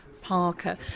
Parker